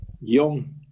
Young